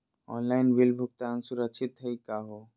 Online bill भुगतान सुरक्षित हई का हो?